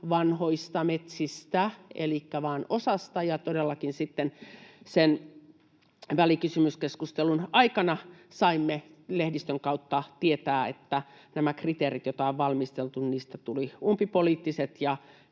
vanhoista metsistä elikkä vain osasta. Ja todellakin sen välikysymyskeskustelun aikana saimme lehdistön kautta tietää, että näistä kriteereistä, joita on valmisteltu, tuli umpipoliittiset